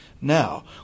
now